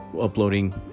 uploading